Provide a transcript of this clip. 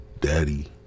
Daddy